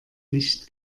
nicht